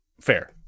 Fair